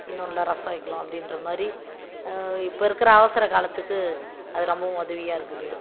இன்னொன்றுல ரசம் வைக்கலாம் அப்படின்றமாரி இப்போ இருக்கிற அவசர காலத்துக்கு அது ரொம்பவும் உதவியாக இருக்குது